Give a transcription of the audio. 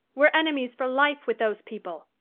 we're enemies for life with those people.